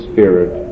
Spirit